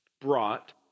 brought